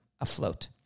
afloat